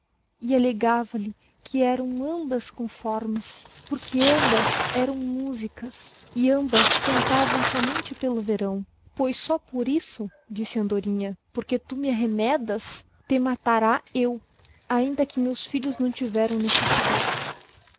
e allegava llie que erão ambas conformes porque ambas erão musicas e ambas cantavão somente pelo verão pois só por isso disse a andorinha porque tu me arremedas te matara eu ainda que meus filhos não tiverão necessidade